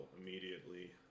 immediately